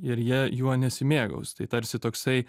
ir jie juo nesimėgaus tai tarsi toksai